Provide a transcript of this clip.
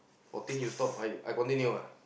fourteen you stop I continue ah